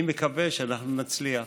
אני מקווה שאנחנו נצליח.